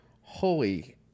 holy